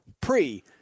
pre